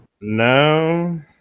No